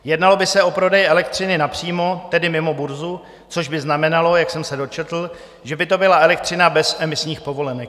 Jednalo by se o prodej elektřiny napřímo, tedy mimo burzu, což by znamenalo, jak jsem se dočetl, že by to byla elektřina bez emisních povolenek.